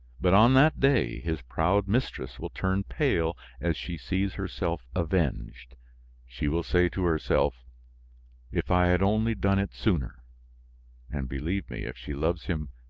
but, on that day, his proud mistress will turn pale as she sees herself avenged she will say to herself if i had only done it sooner and believe me, if she loves him,